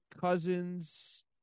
cousin's